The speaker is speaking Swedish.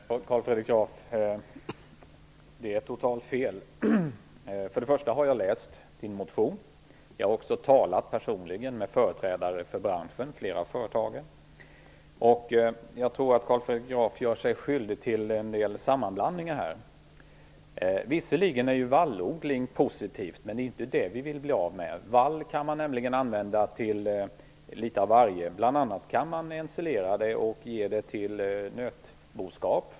Fru talman! Nej, Carl Fredrik Graf, detta är totalt fel. För det första har jag läst motionen. För det andra har jag personligen talat med med flera av företagen som är företrädare för branschen,. Jag tror att Carl Fredrik Graf gör sig skyldig till en del sammanblandningar här. Visserligen är vallodling positivt, och det är inte den vi vill bli av med. Vall kan man nämligen använda till litet av varje. Bl.a. kan man ensilera det och ge det till nötboskap.